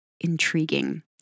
intriguing